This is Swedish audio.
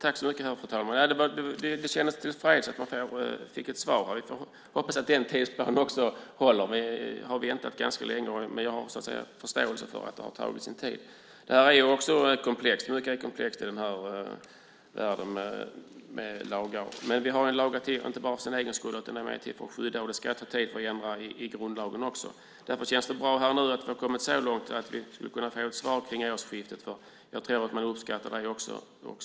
Fru talman! Det känns tillfredsställande att få ett svar. Jag hoppas att tidsplanen håller. Vi har väntat ganska länge, men jag har förståelse för att det tagit tid. Mycket är komplext i denna värld av lagar, men vi har ju inte lagar bara för deras egen skull utan de är till för att skydda. Det ska också ta tid att ändra i grundlagen. Därför känns det bra att vi nu kommit så långt att vi skulle kunna få ett svar kring årsskiftet. Det tror jag att man skulle uppskatta även ute i landet.